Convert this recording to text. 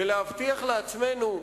ולהבטיח לעצמנו: